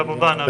כמובן.